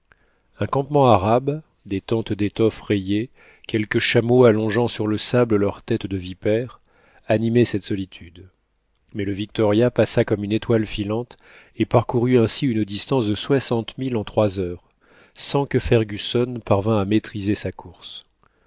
un campement arabe des tentes d'étoffes rayées quelques chameaux allongeant sur le sable leur tête de vipère animaient cette solitude mais le victoria passa comme une étoile filante et parcourut ainsi une distance de soixante milles en trois heures sans que fergusson parvînt à maîtriser sa course